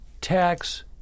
tax